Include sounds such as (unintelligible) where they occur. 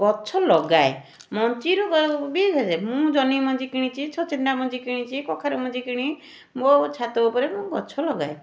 ଗଛ ଲଗାଏ ମଞ୍ଜିରୁ ଗ ବି (unintelligible) ମୁଁ ଜହ୍ନି ମଞ୍ଜି କିଣିଛି ଛଚିନ୍ଦ୍ରା ମଞ୍ଜି କିଣିଛି କଖାରୁମଞ୍ଜି କିଣି ମୋ ଛାତ ଉପରେ ମୁଁ ଗଛ ଲଗାଏ